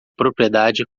propriedade